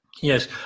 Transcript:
Yes